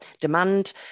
demand